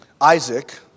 Isaac